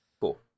Cool